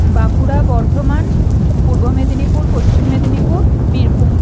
Bankura Bardhaman Purba Medinipur Paschim Medinipur Birbhum